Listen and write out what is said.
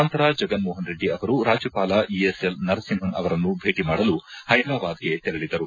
ನಂತರ ಜಗನ್ ಮೋಹನ್ ರೆಡ್ಡಿ ಅವರು ರಾಜ್ಯಪಾಲ ಇ ಎಸ್ ಎಲ್ ನರಸಿಂಹನ್ ಅವರನ್ನು ಭೇಟಿ ಮಾಡಲು ಪೈದರಾಬಾದ್ಗೆ ತೆರಳಿದರು